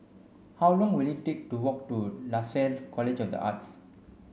how long will it take to walk to Lasalle College of the Arts